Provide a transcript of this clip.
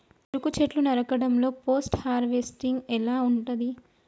చెరుకు చెట్లు నరకడం లో పోస్ట్ హార్వెస్టింగ్ ఎలా ఉంటది?